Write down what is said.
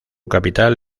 capital